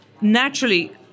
naturally